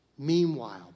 Meanwhile